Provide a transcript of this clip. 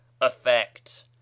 effect